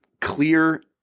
clear